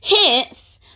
Hence